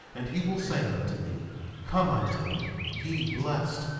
and he will say unto me come unto me, ye blessed,